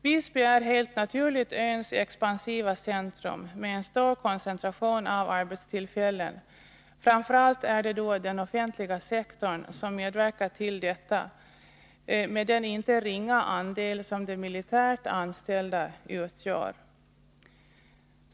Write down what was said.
Visby är helt naturligt öns expansiva centrum, med en stor koncentration av arbetstillfällen. Framför allt är det den offentliga sektorn som medverkat till detta, med den inte ringa andel som de militärt anställda utgör.